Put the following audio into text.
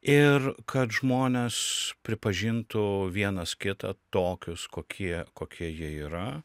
ir kad žmonės pripažintų vienas kitą tokius kokie kokie jie yra